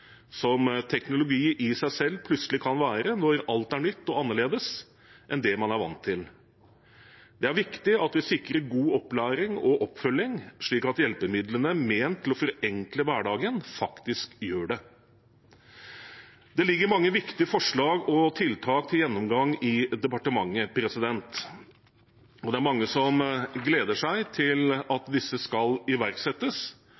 som teknologi i seg selv plutselig kan være når alt er nytt og annerledes enn det man er vant til. Det er viktig at vi sikrer god opplæring og oppfølging, slik at hjelpemidlene som er ment til å forenkle hverdagen, faktisk gjør det. Det ligger mange viktige forslag og tiltak til gjennomgang i departementet, og det er mange som gleder seg til